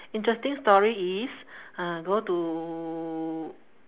interesting story is uh go to